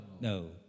no